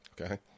Okay